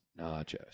Nachos